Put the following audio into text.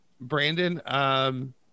Brandon